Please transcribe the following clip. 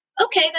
Okay